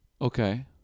Okay